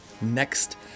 next